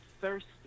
thirsty